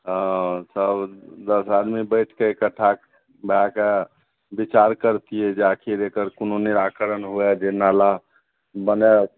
हँ सब दस आदमी बैठके एकट्ठा भए कऽ बिचार करतियै जे आखिर एकर कोनो निराकरण हुए जे नाला बनायब